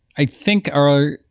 i think our